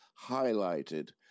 highlighted